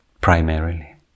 primarily